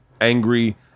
angry